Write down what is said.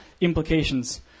implications